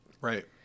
Right